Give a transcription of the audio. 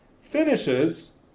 finishes